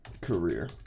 Career